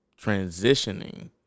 transitioning